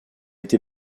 été